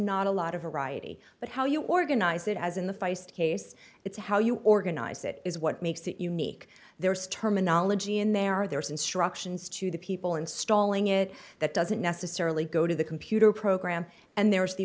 not a lot of variety but how you organize it as in the feist case it's how you organize it is what makes it unique there is terminology in there are there is instructions to the people installing it that doesn't necessarily go to the computer program and there's the